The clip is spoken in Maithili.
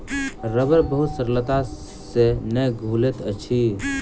रबड़ बहुत सरलता से नै घुलैत अछि